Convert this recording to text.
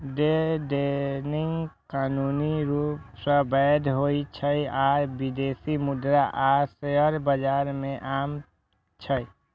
day trading कानूनी रूप सं वैध होइ छै आ विदेशी मुद्रा आ शेयर बाजार मे आम छै